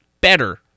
better